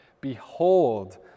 Behold